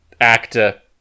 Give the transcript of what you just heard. Actor